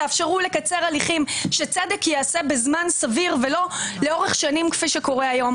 תאפשרו לקצר הליכים שצדק ייעשה בזמן סביר ולא לאורך זמן כפי שקורה היום